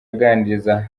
aganiriza